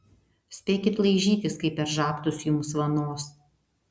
spėkit laižytis kai per žabtus jums vanos